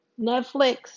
Netflix